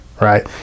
Right